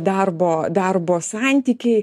darbo darbo santykiai